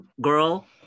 girl